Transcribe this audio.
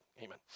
Amen